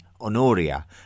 Honoria